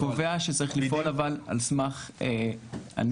הוא קובע שצריך לפעול אבל על סמך הנוהל